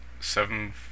seven